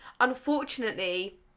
Unfortunately